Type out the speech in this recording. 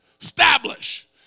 establish